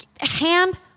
Hand